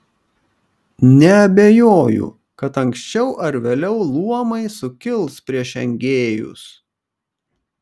neabejoju kad anksčiau ar vėliau luomai sukils prieš engėjus